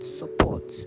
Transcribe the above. support